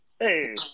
Hey